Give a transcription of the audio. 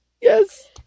yes